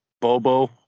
Bobo